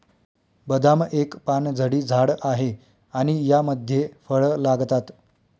बदाम एक पानझडी झाड आहे आणि यामध्ये फळ लागतात